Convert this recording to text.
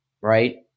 right